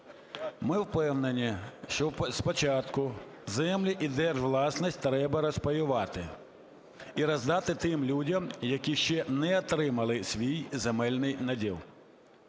Ми впевнені, що спочатку землі і держвласність треба розпаювати і роздати тим людям, які ще не отримали свій земельний наділ.